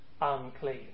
unclean